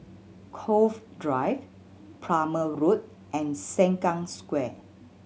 Cove Drive Plumer Road and Sengkang Square